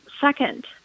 second